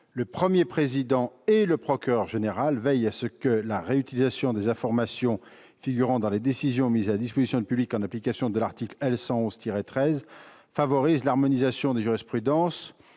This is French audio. le Premier président et le procureur général veillent à ce que la réutilisation des informations figurant dans les décisions mises à la disposition du public en application de l'article L. 111-13 favorise l'harmonisation des jurisprudences,